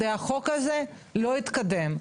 והחוק הזה לא יתקדם.